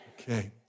Okay